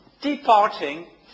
departing